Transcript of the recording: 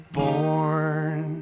born